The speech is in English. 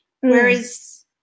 Whereas